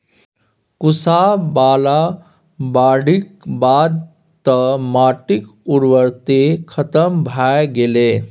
कुसहा बला बाढ़िक बाद तँ माटिक उर्वरते खतम भए गेलै